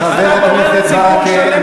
חבר הכנסת ברכה.